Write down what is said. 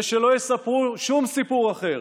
ושלא יספרו שום סיפור אחר.